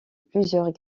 plusieurs